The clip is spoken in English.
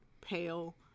pale